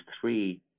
three